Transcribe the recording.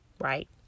right